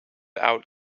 out